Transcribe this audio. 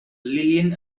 lillian